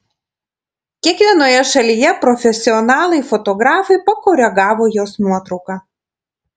kiekvienoje šalyje profesionalai fotografai pakoregavo jos nuotrauką